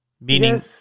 Meaning